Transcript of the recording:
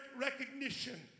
recognition